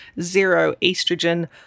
zero-estrogen